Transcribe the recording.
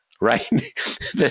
right